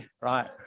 right